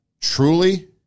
truly